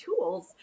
tools